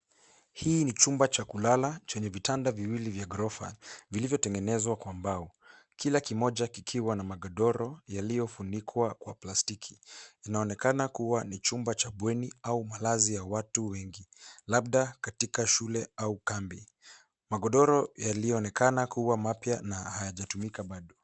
Hii ni chumba cha kulala chenye vitanda viwili vya ghorofa vilivyotengenezwa kwa mbao kila kimoja kikiwa na magodoro yaliyofunikwa kwa plastiki. Inaonekana kuwa ni chumba cha bweni au malazi ya watu wengi labda katika shule au kambi. Magodoro yaliyoonekana kuwa mapya na hayajatumika bado.